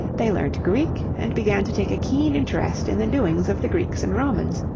they learnt greek and began to take a keen interest in the doings of the greeks and romans,